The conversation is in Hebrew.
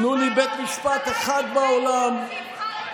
תנו לי בית משפט אחד בעולם, חקיקה.